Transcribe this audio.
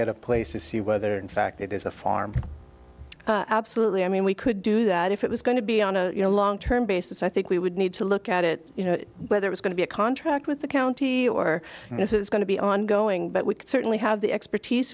at a place to see whether in fact it is a farm absolutely i mean we could do that if it was going to be on a you know long term basis i think we would need to look at it you know whether it's going to be a contract with the county or if it's going to be ongoing but we certainly have the expertise